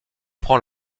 prend